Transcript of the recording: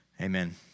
amen